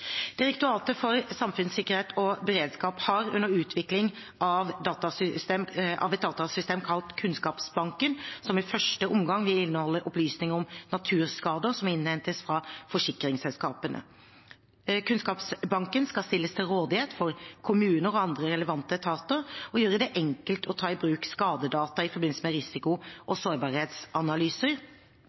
Direktoratet for samfunnssikkerhet og beredskap har under utvikling et datasystem kalt Kunnskapsbanken, som i første omgang vil inneholde opplysninger om naturskader som innhentes fra forsikringsselskapene. Kunnskapsbanken skal stilles til rådighet for kommuner og andre relevante etater og gjøre det enkelt å ta i bruk skadedata i forbindelse med risiko- og sårbarhetsanalyser